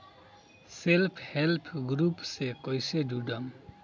Self help group से कइसे जुड़म?